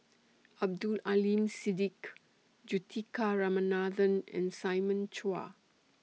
Abdul Aleem Siddique Juthika Ramanathan and Simon Chua